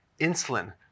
insulin